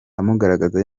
amugaragaza